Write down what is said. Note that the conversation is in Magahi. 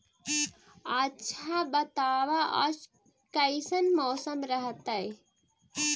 आच्छा बताब आज कैसन मौसम रहतैय?